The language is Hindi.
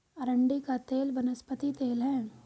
अरंडी का तेल वनस्पति तेल है